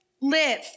live